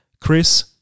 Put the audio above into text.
Chris